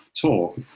talk